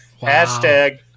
Hashtag